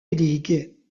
league